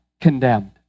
condemned